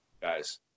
guys